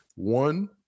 One